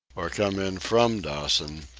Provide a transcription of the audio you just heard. or come in from dawson,